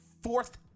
fourth